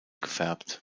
gefärbt